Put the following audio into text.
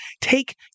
take